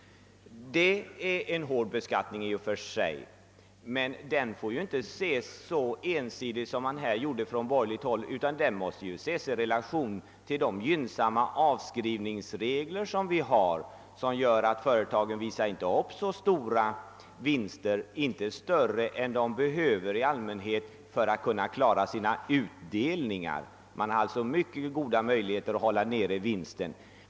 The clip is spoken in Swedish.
Detta är i och för sig en hård beskattning, men den får ju inte ses så ensidigt som man gör från borgerligt håll, utan den skall ses i relation till de gynnsam ma avskrivningsregler som vi har och som gör att företagen inte visar upp så stora vinster — inte större än de i allmänhet behöver för att klara sina utdelningar. Företagen har alltså mycket goda möjligheter att hålla nere vinsten.